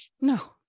No